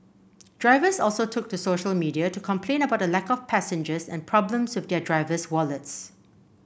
drivers also took to social media to complain about a lack of passengers and problems with their driver's wallets